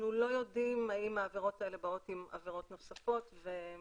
אנחנו לא יודעים האם העבירות האלה באות עם עבירות נוספות ומהן.